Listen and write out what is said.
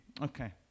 okay